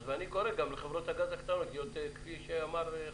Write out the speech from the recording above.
אז אני קורא גם לחברות הגז הקטנות, כפי שאמר גדי.